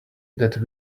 that